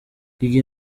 gigi